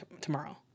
tomorrow